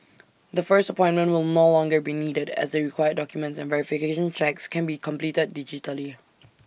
the first appointment will more longer be needed as the required documents and verification checks can be completed digitally